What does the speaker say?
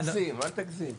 אל תגזים.